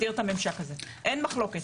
אין מחלוקת